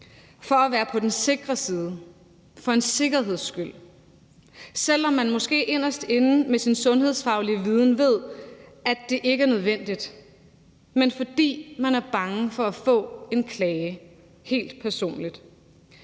for at være på den sikre side – for en sikkerheds skyld – selv om man måske inderst inde med sin sundhedsfaglige viden ved, at det ikke er nødvendigt, men fordi man er bange for at få en klage, helt personligt.